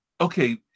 okay